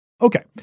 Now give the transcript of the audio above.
Okay